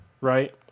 right